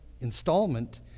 installment